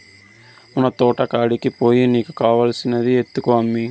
మన తోటకాడికి పోయి నీకు కావాల్సింది ఎత్తుకో అమ్మీ